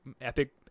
epic